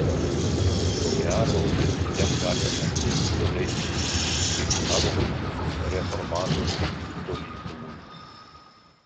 ko gero jam gali atsitikti taip kaip caro laikų reformatoriui stolypinui